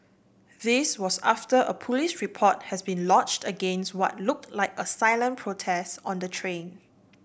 this was after a police report has been lodged against what looked like a silent protest on the train